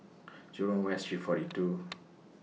Jurong West Street forty two